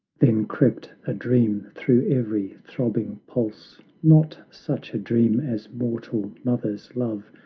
then crept a dream through every throbbing pulse not such a dream as mortal mothers love,